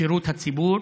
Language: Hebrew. שירות הציבור.